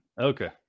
Okay